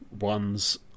ones